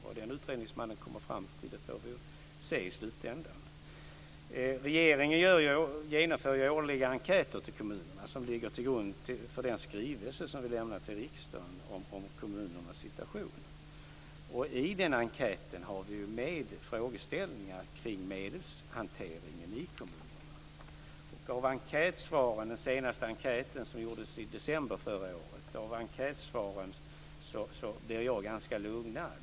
Vad den utredningsmannen kommer fram till får vi se i slutändan. Regeringen genomför årliga enkäter till kommunerna som ligger till grund för den skrivelse som regeringen lämnar till riksdagen om kommunernas situation. I den enkäten har vi med frågeställningar kring medelshanteringen i kommunerna. Av enkätsvaren i den senaste enkät som gjordes i december förra året är jag ganska lugnad.